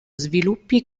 sviluppi